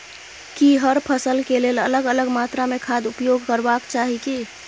की हर फसल के लेल अलग अलग मात्रा मे खाद उपयोग करबाक चाही की?